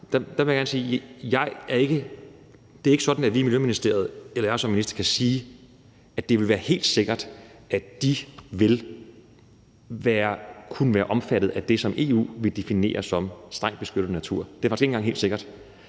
Der vil jeg gerne sige, at det ikke er sådan, at vi i Miljøministeriet eller jeg som minister kan sige, at det vil være helt sikkert, at de vil kunne være omfattet af det, som EU vil definere som strengt beskyttet natur – det er faktisk ikke helt sikkert.